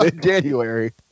january